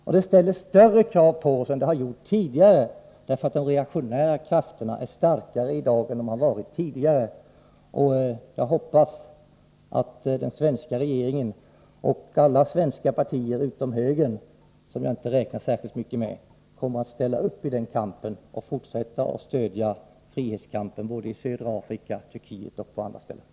Detta ställer större krav på oss än förut, därför att de reaktionära krafterna i dag är starkare än de varit tidigare. Jag hoppas att den svenska regeringen och alla svenska partier — utom högern, som jag inte räknar särskilt mycket med — kommer att ställa upp och fortsätta att stödja frihetskampen i såväl södra Afrika och Turkiet som på andra ställen.